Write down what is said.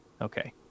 Okay